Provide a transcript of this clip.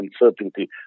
uncertainty